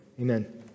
Amen